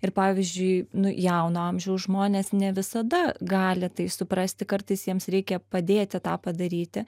ir pavyzdžiui nu jauno amžiaus žmonės ne visada gali tai suprasti kartais jiems reikia padėti tą padaryti